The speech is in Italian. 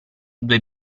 due